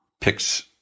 picks